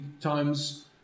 times